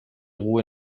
ruhe